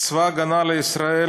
צבא ההגנה לישראל,